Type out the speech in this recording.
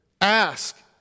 Ask